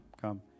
come